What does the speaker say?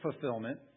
fulfillment